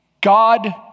God